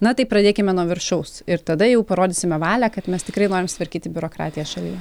na tai pradėkime nuo viršaus ir tada jau parodysime valią kad mes tikrai norim tvarkyti biurokratiją šalyje